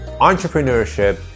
entrepreneurship